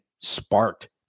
sparked